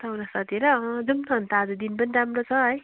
चौरस्तातिर अब जाऔँ न अनि त आज दिन पनि राम्रो छ है